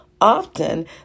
Often